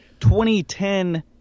2010